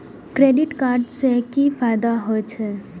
Credit card से कि फायदा होय छे?